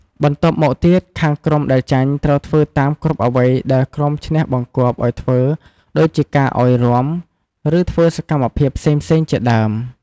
បន្ទាប់មកទៀតខាងក្រុមដែលចាញ់ត្រូវធ្វើតាមគ្រប់អ្វីដែលក្រុមឈ្នះបង្គាប់ឲ្យធ្វើ ដូចជាការឲ្យរាំ ឬធ្វើសកម្មភាពផ្សេងៗជាដើម។